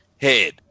head